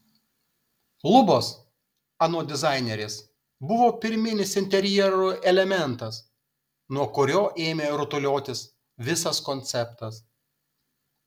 lubos anot dizainerės buvo pirminis interjero elementas nuo kurio ėmė rutuliotis visas konceptas